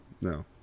no